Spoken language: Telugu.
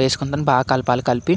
వేసుకున్న బాగా కలపాలి కలిపి